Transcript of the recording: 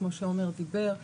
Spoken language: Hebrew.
כמו שעומר דיבר,